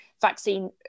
vaccine